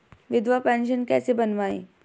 विधवा पेंशन कैसे बनवायें?